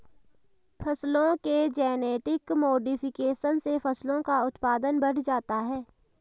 फसलों के genetic modification से फसलों का उत्पादन बढ़ जाता है